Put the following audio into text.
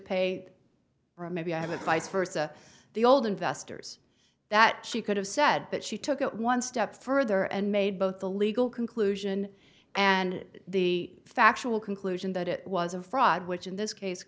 pay or maybe have a vice versa the old investors that she could have said but she took it one step further and made both the legal conclusion and the factual conclusion that it was a fraud which in this case